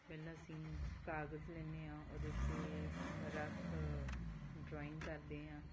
ਪਹਿਲਾਂ ਅਸੀਂ ਕਾਗਜ਼ ਲੈਂਦੇ ਹਾਂ ਉਹਦੇ ਉੱਤੇ ਰਫ ਡਰਾਇੰਗ ਕਰਦੇ ਹਾਂ